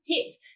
tips